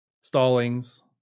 Stallings